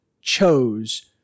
chose